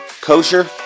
kosher